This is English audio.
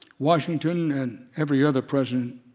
washington and every other president,